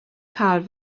cael